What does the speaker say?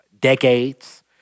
decades